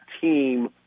team